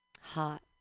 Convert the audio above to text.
Hot